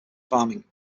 farming